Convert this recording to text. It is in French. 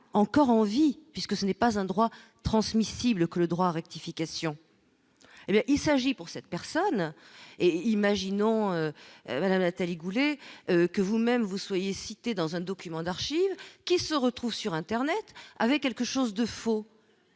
encore en vie, puisque ce n'est pas un droit transmissible que le droit rectification, hé bien il s'agit pour cette personne et imaginons madame Nathalie Goulet que vous-même vous soyez cité dans un document d'archives qui se retrouvent sur Internet avec quelque chose de faux